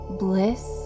bliss